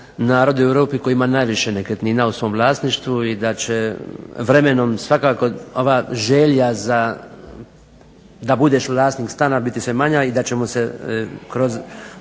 narod u Europi koji ima najviše nekretnina u svom vlasništvu i da će vremenom svakako ova želja da budeš vlasnik stana bude sve manja i da će se kroz